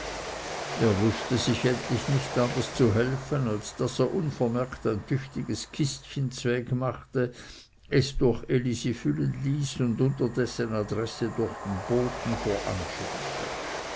er wußte sich endlich nicht anders zu helfen als daß er unvermerkt ein tüchtiges kistchen zwegmachte es durch elisi füllen ließ und unter dessen adresse durch den boten voranschickte